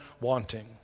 wanting